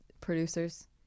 producers